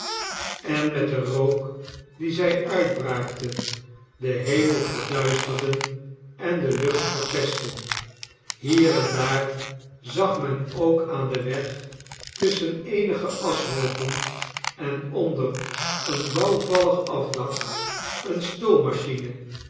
en met den rook dien zij uitbraakten den hemel verduisterden en de lucht verpestten hier en daar zag men ook aan den weg tusschen eenige aschhoopen en onder een bouwvallig afdak eene